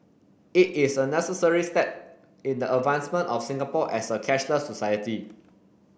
it is a necessary step in the advancement of Singapore as a cashless society